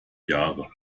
jahren